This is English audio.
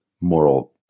moral